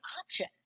option